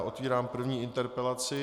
Otevírám první interpelaci.